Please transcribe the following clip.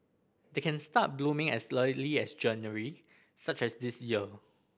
they can start blooming as early as January such as this year